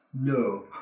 No